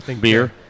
Beer